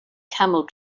camel